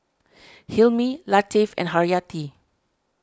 Hilmi Latif and Haryati